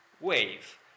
wave